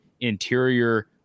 interior